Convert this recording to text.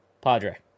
padre